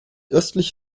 östlich